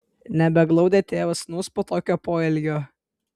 nebeglaudė tėvas sūnaus po tokio poelgio